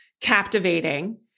captivating